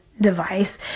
device